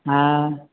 हा